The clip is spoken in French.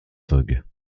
fogg